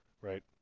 Right